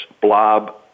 blob